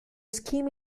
scheme